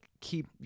keep